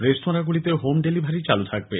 রেস্তোরাগুলিতে home delivery চালু থাকবে